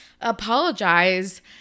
apologize